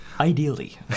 Ideally